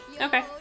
okay